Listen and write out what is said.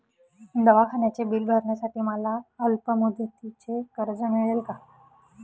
दवाखान्याचे बिल भरण्यासाठी मला अल्पमुदतीचे कर्ज मिळेल का?